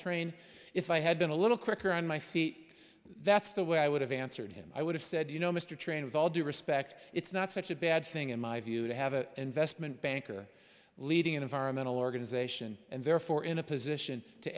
train if i had been a little quicker on my feet that's the way i would have answered him i would have said you know mr train with all due respect it's not such a bad thing in my view to have an investment banker leading an environmental organization and therefore in a position to